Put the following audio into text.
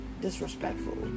disrespectful